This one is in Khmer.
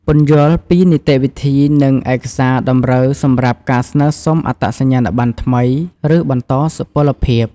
ពន្យល់ពីនីតិវិធី និងឯកសារតម្រូវសម្រាប់ការស្នើសុំអត្តសញ្ញាណប័ណ្ណថ្មី ឬបន្តសុពលភាព។